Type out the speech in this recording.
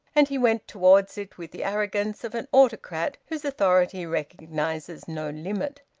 and he went towards it with the arrogance of an autocrat whose authority recognises no limit.